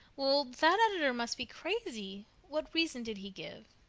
well, that editor must be crazy. what reason did he give?